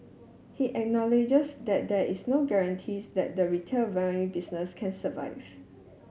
he acknowledges that there is no guarantees that the retail vinyl business can survive